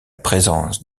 présence